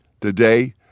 Today